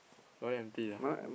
your one empty ah